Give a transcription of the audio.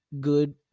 good